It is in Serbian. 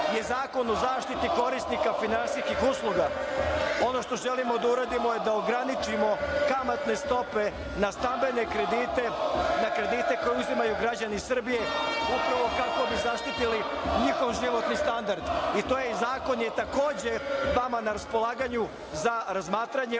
je zakon o zaštiti korisnika finansijskih usluga. Ono što želimo da uradimo je da ograničimo kamatne stope na stambene kredite, na kredite koje uzimaju građani Srbije upravo kako bi zaštitili njihov životni standard. Taj zakon je takođe vama na raspolaganju za razmatranje,